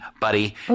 buddy